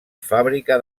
fàbrica